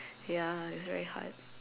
ya it's very hard